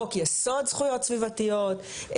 חוק יסוד זכויות סביבתיות,